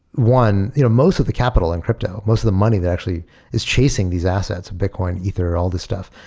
one, you know most of the capital in crypto, most of the money that actually is chasing these assets bitcoin, ether, all the stuff,